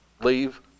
leave